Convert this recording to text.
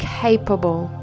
capable